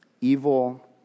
evil